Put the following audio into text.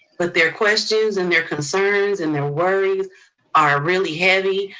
but their questions, and their concerns and their worries are really heavy.